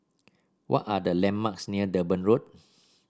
what are the landmarks near Durban Road